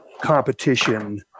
competition